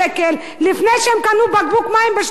לפני שהם קנו בקבוק מים ב-12 שקל.